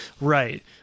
Right